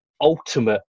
ultimate